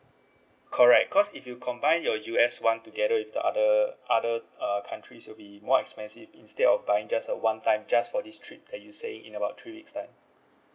correct cause if you combine your U_S [one] together with the other other uh countries will be more expensive instead of buying just a one time just for this trip that you saying in about three weeks time